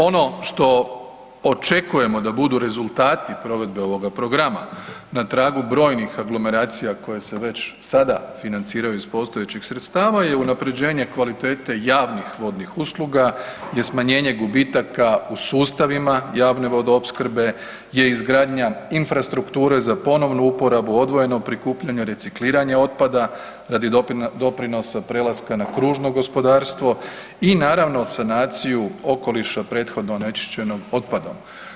Ono što očekujemo da budu rezultati provedbe ovoga programa na tragu brojnih aglomeracija koje se već sada financiraju iz postojećih sredstava je unapređenje kvalitete javnih vodnih usluga, je smanjenje gubitaka u sustavima javne vodoopskrbe, je izgradnja infrastrukture za ponovnu uporabu, odvojenog prikupljanja, recikliranja otpada radi doprinosa prelaska na kružno gospodarstvo i naravno sanaciju okoliša prethodno onečišćenog otpadom.